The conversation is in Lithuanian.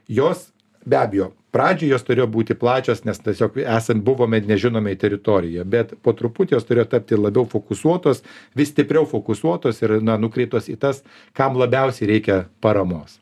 jos be abejo pradžioj jos turėjo būti plačios nes tiesiog esam buvome nežinomoj teritorijoj bet po truputį jos turėjo tapti labiau fokusuotos vis stipriau fokusuotos ir na nukreiptos į tas kam labiausia reikia paramos